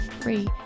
free